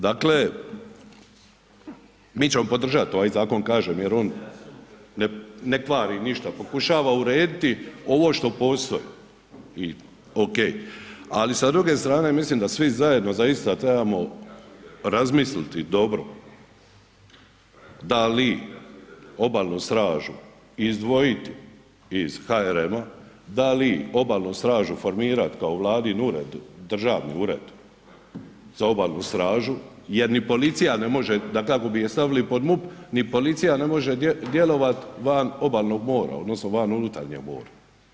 Dakle, mi ćemo podržat ovaj zakon, kažem jer on ne kvari ništa, pokušava urediti ovo što postoji i ok ali sa druge strane, mislim da svi zajedno zaista trebamo razmisliti dobro dali Obalnu stražu izdvojiti iz HRM-a, da li Obalnu stražu formirati kao Vladin ured, državni ured za Obalnu stražu jer ni policija ne može da kako bi je stavili pod MUP, ni policija ne može djelovat van obalnog mora odnosno van unutarnjeg mora.